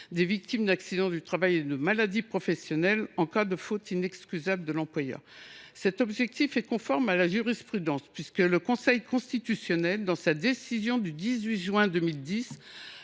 des victimes d’accidents du travail et de maladies professionnelles en cas de faute inexcusable de l’employeur. Cet objectif est conforme à la jurisprudence. Le Conseil constitutionnel, dans sa décision du 18 juin 2010,